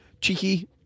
cheeky